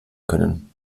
können